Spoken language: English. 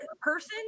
person